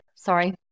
Sorry